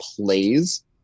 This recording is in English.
plays